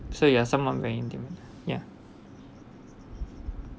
so you are someone very ya